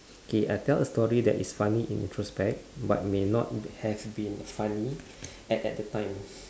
okay uh tell a story that is funny in introspect but may not have been funny at that the time